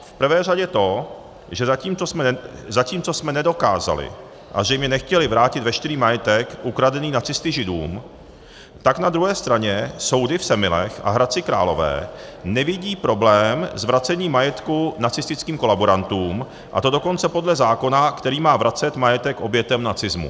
V prvé řadě to, že zatímco jsme nedokázali, a zřejmě nechtěli, vrátit veškerý majetek ukradený nacisty židům, tak na druhé straně soudy v Semilech a Hradci Králové nevidí problém s vracením majetku nacistickým kolaborantům, a to dokonce podle zákona, který má vracet majetek obětem nacismu.